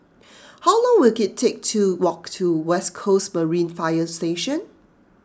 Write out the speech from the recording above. how long will it take to walk to West Coast Marine Fire Station